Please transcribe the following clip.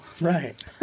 Right